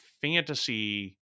fantasy